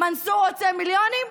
מנסור רוצה מיליונים,